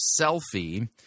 Selfie